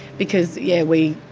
because, yeah, we